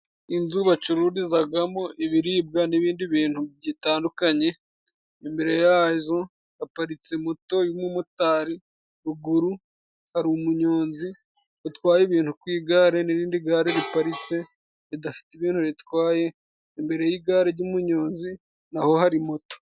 Inzu bacururizagamo ibiribwa n'ibindi bintu bitandukanye, imbere yazo haparitse moto y'umumotari, ruguru hari umunyonzi utwaye ibintu ku igare, n'irindi gare riparitse ridafite ibintu ritwaye. Imbere y'igare ry'umuyonzi na ho hari moto.